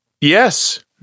Yes